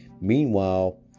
meanwhile